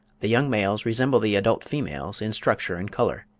the young males resemble the adult females in structure and colour.